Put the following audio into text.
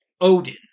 Odin